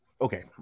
Okay